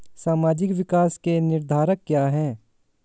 सामाजिक विकास के निर्धारक क्या है?